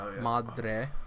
Madre